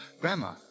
Grandma